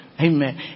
Amen